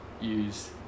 use